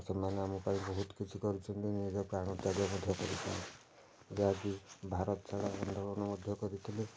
ସେମାନେ ଆମ ପାଇଁ ବହୁତ କିଛି କରିଛନ୍ତି ନିଜ ପ୍ରାଣ ତ୍ୟାଗ ମଧ୍ୟ କରିଛନ୍ତି ଯାହାକି ଭାରତ ଛାଡ଼ ଆନ୍ଦୋଳନ ମଧ୍ୟ କରିଥିଲେ